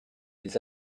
les